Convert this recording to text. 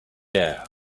air